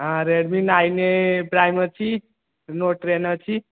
ହଁ Redmi nine A prime ଅଛି note ten ଅଛି